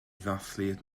ddathlu